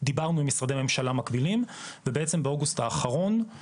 דיברנו עם משרדי ממשלה מקבילים בשיתוף עם